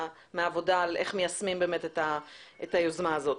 מהעבודה על איך מיישמים את היוזמה הזאת.